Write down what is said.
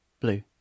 Blue